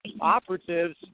operatives